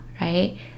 right